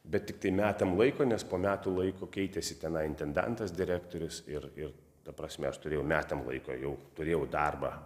bet tiktai metam laiko nes po metų laiko keitėsi tenai intendantas direktorius ir ir ta prasme aš turėjau metam laiko jau turėjau darbą